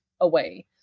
away